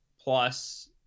plus